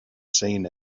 seen